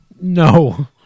No